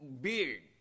beard